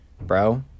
bro